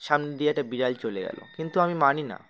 সামনে দিয়ে একটা বিড়াল চলে গেল কিন্তু আমি মানি না